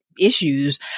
issues